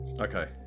Okay